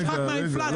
הוא נשחק מהאינפלציה,